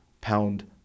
pound